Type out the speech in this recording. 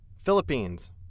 Philippines